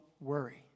worry